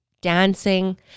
dancing